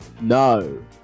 No